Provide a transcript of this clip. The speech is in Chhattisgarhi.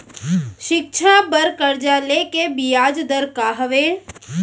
शिक्षा बर कर्जा ले के बियाज दर का हवे?